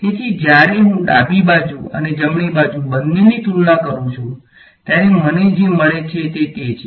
તેથી જ્યારે હું ડાબી બાજુ અને જમણી બાજુ બંનેની તુલના કરું છું ત્યારે મને જે મળે છે તે છે